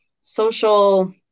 social